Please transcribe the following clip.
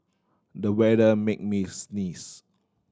the weather made me sneeze